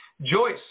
Joyce